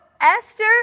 Esther